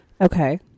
Okay